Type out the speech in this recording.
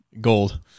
gold